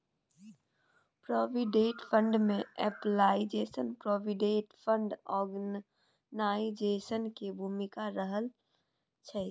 provident fund में employees provident fund organisation के भूमिका रहइ छइ